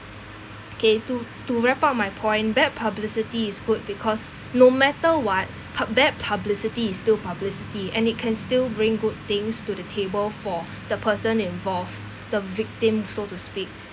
kay~ to to wrap up my point bad publicity is good because no matter what pub~ bad publicity is still publicity and it can still bring good things to the table for the person involved the victim so to speak